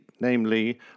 namely